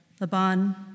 Laban